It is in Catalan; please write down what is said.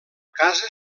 casa